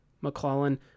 McClellan